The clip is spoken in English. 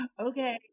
okay